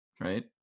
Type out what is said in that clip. Right